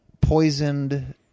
Poisoned